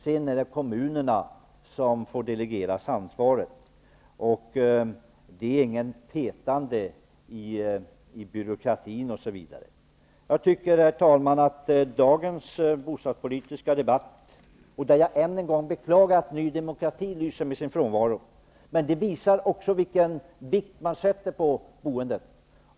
Sedan får ansvaret delegeras till kommunerna. Det är inget petande i byråkrati. Jag beklagar än en gång att Ny demokrati lyser med sin frånvaro i dagens bostadspolitiska debatt. Men det visar också vilken vikt man fäster vid boendet.